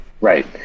Right